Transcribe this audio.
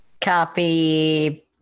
Copy